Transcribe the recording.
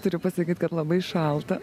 turiu pasakyt kad labai šalta